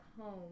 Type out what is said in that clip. home